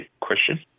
question